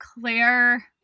Claire